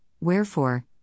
wherefore